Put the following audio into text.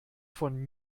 von